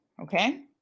okay